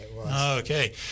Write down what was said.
Okay